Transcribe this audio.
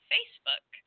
Facebook